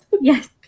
Yes